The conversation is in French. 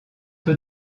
peu